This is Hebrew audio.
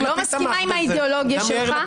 לא מסכימה עם האידיאולוגיה שלך.